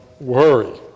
worry